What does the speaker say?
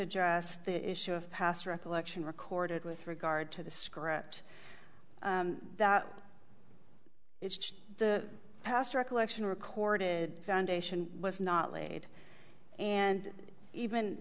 address the issue of pass recollection recorded with regard to the script that it's just the past recollection recorded foundation was not laid and even